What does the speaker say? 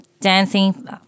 dancing –